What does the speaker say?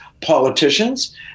politicians